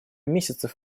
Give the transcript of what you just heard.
месяцев